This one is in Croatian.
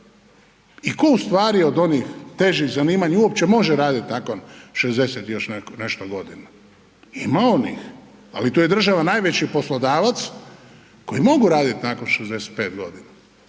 i tko u stvari od onih težih zanimanja uopće može raditi nakon 60 i još godina? Ima onih, ali tu država najveći poslodavac, koji mogu raditi nakon 65 godina.